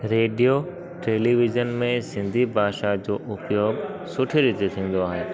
radio television में सिंधी भाषा जो उपयोगु सुठे रीति थींदो आहे